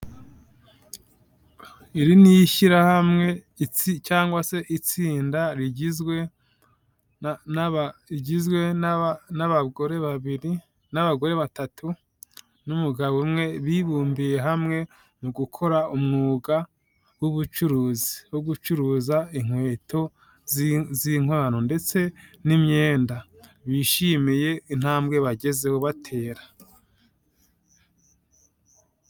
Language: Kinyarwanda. Iri ni shyirahamwe cyangwa se itsinda rigizwe n'abagore babiri n'abagore batatu n'umugabo umwe bibumbiye hamwe mu gukora umwuga w'ubucuruzi wo gucuruza inkweto z'inkwano ndetse n'imyenda bishimiye intambwe bagezeho batera.